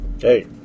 Hey